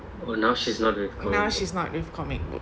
now she's not with comic book